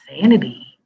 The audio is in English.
sanity